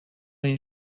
این